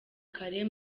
kare